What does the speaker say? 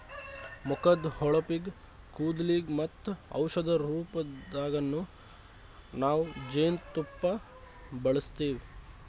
ಮುಖದ್ದ್ ಹೊಳಪಿಗ್, ಕೂದಲಿಗ್ ಮತ್ತ್ ಔಷಧಿ ರೂಪದಾಗನ್ನು ನಾವ್ ಜೇನ್ತುಪ್ಪ ಬಳಸ್ತೀವಿ